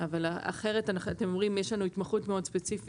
אבל אחרת אתם אומרים "יש לנו התמחות מאוד ספציפית,